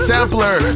Sampler